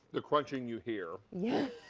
the crunching you hear. yes.